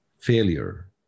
failure